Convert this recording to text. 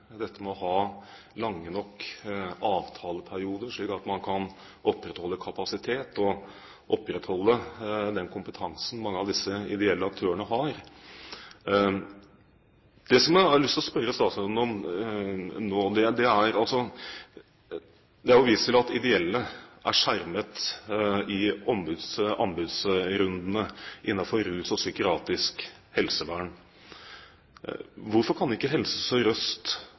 dette med å ha lange nok avtaleperioder, slik at man kan opprettholde kapasiteten og den kompetansen mange av disse ideelle aktørene har. Jeg har lyst til å spørre statsråden om følgende: Det er vist til at ideelle aktører er skjermet i anbudsrundene innenfor rusfeltet og psykiatrisk helsevern. Hvorfor kan ikke Helse